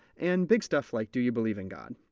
and big stuff like, do you believe in god?